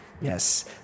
yes